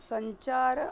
सञ्चारः